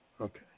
Okay